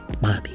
mommy